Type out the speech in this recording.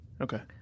okay